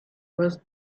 was